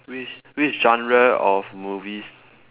which which genre of movies